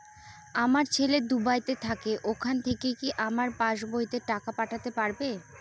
আমার ছেলে দুবাইতে থাকে ওখান থেকে কি আমার পাসবইতে টাকা পাঠাতে পারবে?